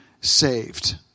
saved